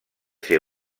ser